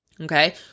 okay